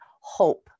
hope